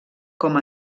com